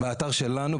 באתר שלנו,